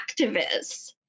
activists